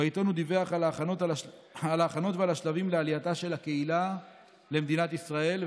בעיתון הוא דיווח על ההכנות ועל השלבים לעלייתה של הקהילה למדינת ישראל,